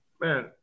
Man